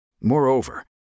Moreover